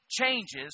changes